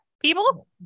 People